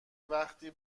وقتی